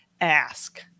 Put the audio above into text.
ask